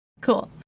cool